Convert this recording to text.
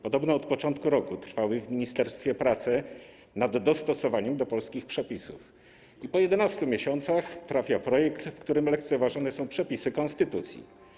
Podobno od początku roku trwały w ministerstwie prace nad dostosowaniem tego do polskich przepisów i po 11 miesiącach trafia projekt, w którym lekceważone są przepisy konstytucji.